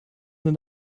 sind